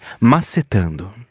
Macetando